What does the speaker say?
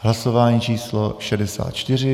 Hlasování číslo 64.